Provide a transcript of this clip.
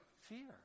fear